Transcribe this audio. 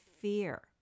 fear